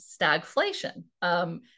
stagflation